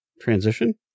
transition